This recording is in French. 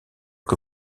que